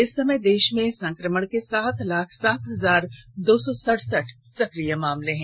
इस समय देश में संक्रमण के सात लाख सात हजार दो सौ सड़सठ सक्रिय मामले हैं